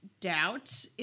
doubt